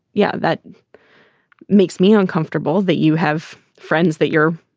yeah, that makes me uncomfortable, that you have friends that you're